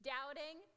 Doubting